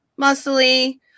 muscly